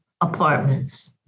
apartments